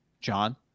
John